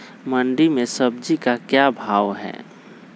मंडी में सब्जी का क्या भाव हैँ?